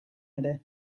ere